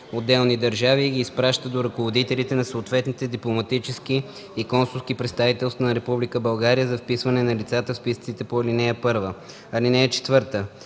отделни държави и ги изпраща до ръководителите на съответните дипломатически и консулски представителства на Република България за вписване на лицата в списъците по ал. 1. (4)